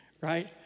right